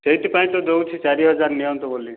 ସେଇଥି ପାଇଁ ତ ଦଉଛି ଚାରି ହଜାର ନିଅନ୍ତୁ ବୋଲି